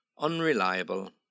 unreliable